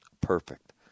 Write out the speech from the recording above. perfect